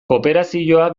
kooperazioa